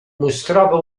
mostrava